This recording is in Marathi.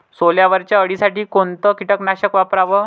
सोल्यावरच्या अळीसाठी कोनतं कीटकनाशक वापराव?